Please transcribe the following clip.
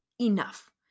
enough